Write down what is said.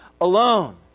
alone